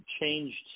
changed